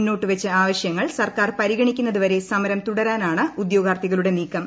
മുന്നോട്ടുവെച്ച ആവശൃങ്ങൾ സർക്കാർ പരിഗണിക്കുന്നതുവരെ സമരം തുടരാനാണ് ഉദ്യോഗാർഥികളുടെ നീക്കം